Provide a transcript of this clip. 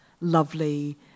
lovely